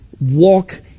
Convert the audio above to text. walk